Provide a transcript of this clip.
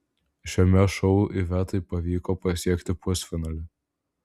šiame šou ivetai pavyko pasiekti pusfinalį